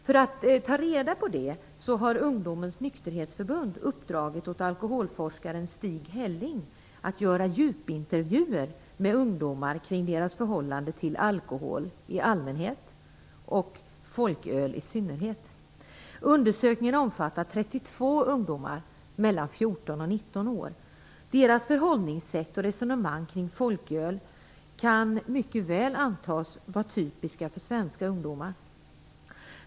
För att ta reda på det har Ungdomens Nykterhetsförbund uppdragit åt alkoholforskaren Stig Helling att göra djupintervjuer med ungdomar kring deras förhållande till alkohol i allmänhet och folköl i synnerhet. Undersökningen omfattar 32 ungdomar mellan 14 och 19 år. Deras förhållningssätt och resonemang kring folköl kan mycket väl antas vara typiska för svenska ungdomar.